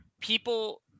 people